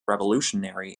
revolutionary